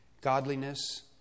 godliness